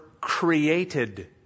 created